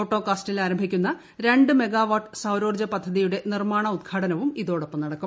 ഓട്ടോക്കാസ്റ്റിൽ ആരംഭിക്കുന്ന രണ്ട് മെഗാവാട്ട് സൌരോർജ്ജ പദ്ധതിയുടെ നിർമ്മാണോദ്ഘാടനവും ഇതോടൊപ്പം നടക്കും